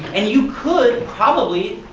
and you could, probably,